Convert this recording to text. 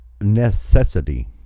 necessity